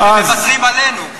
אתם מוותרים עלינו.